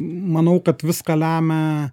manau kad viską lemia